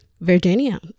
Virginia